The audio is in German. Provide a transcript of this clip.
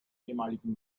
ehemaligen